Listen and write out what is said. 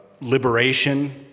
liberation